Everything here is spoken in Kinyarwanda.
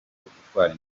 gutwara